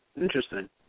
Interesting